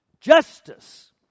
Justice